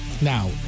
Now